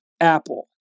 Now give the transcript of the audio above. apple